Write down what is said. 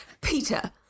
Peter